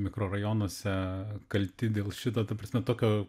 mikrorajonuose kalti dėl šito ta prasme tokio